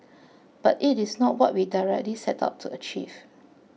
but it is not what we directly set out to achieve